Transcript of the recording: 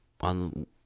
on